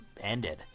ended